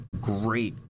great